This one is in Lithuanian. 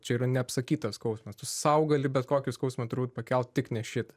čia yra neapsakytas skausmas tu sau gali bet kokį skausmą turbūt pakelt tik ne šitą